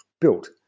built